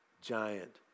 giant